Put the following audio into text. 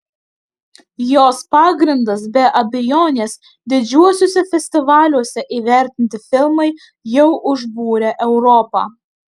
jos pagrindas be abejonės didžiuosiuose festivaliuose įvertinti filmai jau užbūrę europą